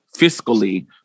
fiscally